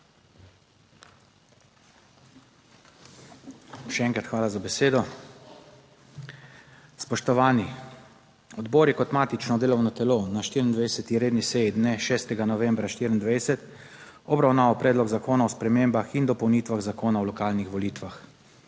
Še enkrat hvala za besedo. Spoštovani! Odbor je kot matično delovno telo na 24. redni seji dne 6. novembra 2024 obravnaval Predlog zakona o spremembah in dopolnitvah Zakona o lokalnih volitvah.